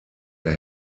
der